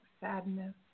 sadness